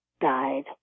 died